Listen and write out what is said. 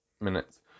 minutes